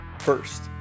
First